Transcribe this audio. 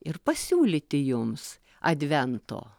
ir pasiūlyti jums advento